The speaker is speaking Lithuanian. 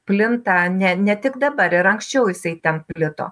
plinta ne ne tik dabar ir anksčiau jisai ten plito